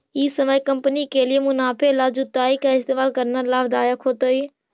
ई समय कंपनी के लिए मुनाफे ला जुताई का इस्तेमाल करना लाभ दायक होतई